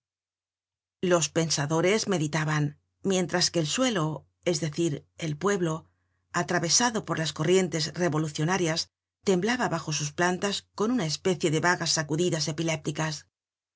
los pensadores meditaban mientras que el suelo es decir el pueblo atravesado por las corrientes revolucionarias temblaba bajo sus plantas con una especie de vagas sacudidas epilépticas